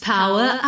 Power